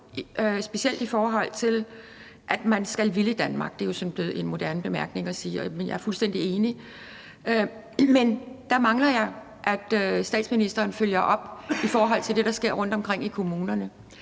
specielt i forhold til at man skal ville Danmark. Det er jo sådan blevet en moderne bemærkning at sige, og jeg er fuldstændig enig i det. Der mangler jeg, at statsministeren følger op i forhold til det, der sker rundtomkring i kommunerne.